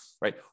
right